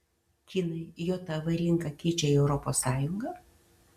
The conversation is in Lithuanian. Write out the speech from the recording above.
kinai jav rinką keičia į europos sąjungą